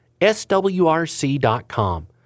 swrc.com